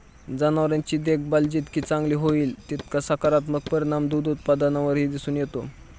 जनावरांची देखभाल जितकी चांगली होईल, तितका सकारात्मक परिणाम दूध उत्पादनावरही दिसून येतो